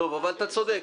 אבל אתה צודק.